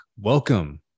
welcome